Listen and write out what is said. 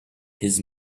his